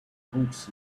hawks